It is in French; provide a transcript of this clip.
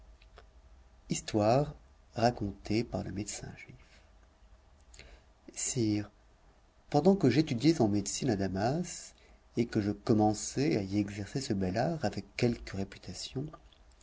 histoire racontée par le médecin juif sire pendant que j'étudiais en médecine à damas et que je commençais à y exercer ce bel art avec quelque réputation